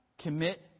commit